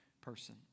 person